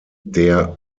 der